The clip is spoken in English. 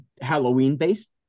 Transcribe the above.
Halloween-based